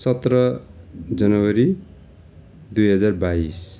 सत्र जनवरी दुई हजार बाइस